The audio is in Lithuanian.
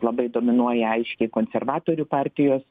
labai dominuoja aiškiai konservatorių partijos